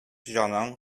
җаның